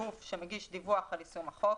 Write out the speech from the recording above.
שמגיש דיווח על יישום החוק,